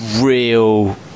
real